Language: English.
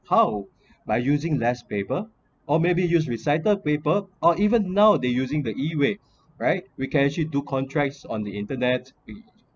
how by using less paper or maybe use recycled paper or even nowadays using the e-way right we can actually do contracts on the internet we